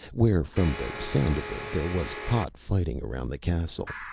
where from the sound of it there was hot fighting around the castle.